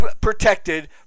protected